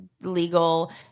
legal